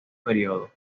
periodo